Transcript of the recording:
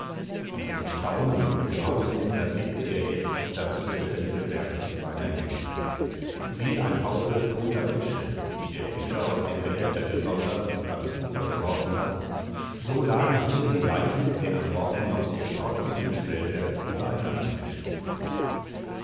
und mit staunen und grausen überblickte er jetzt das fürchterliche werk seiner hände wie ein haufe toter fische die der fischer aus dem behälter gesondert und ans ufer geworfen hat so lagen hier die leichen der am morgen noch so trotzigen schwelger übereinander geschichtet